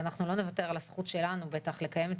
ואנחנו לא נוותר על הזכות שלנו לקיים את